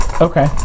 Okay